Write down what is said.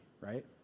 right